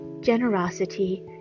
generosity